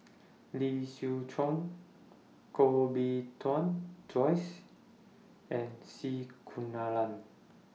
Lee Siew Chong Koh Bee Tuan Joyce and C Kunalan